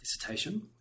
dissertation